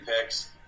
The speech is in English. picks